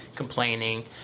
complaining